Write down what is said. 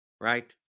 right